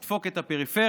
נדפוק את הפריפריה,